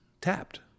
tapped